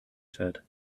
said